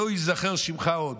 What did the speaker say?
לא ייזכר שמך עוד,